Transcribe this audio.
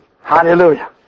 hallelujah